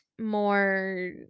more